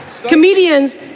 Comedians